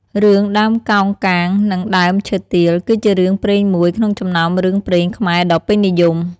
រឿង ដើមកោងកាងនិងដើមឈើទាល គឺជារឿងព្រេងមួយក្នុងចំណោមរឿងព្រេងខ្មែរដ៏ពេញនិយម ។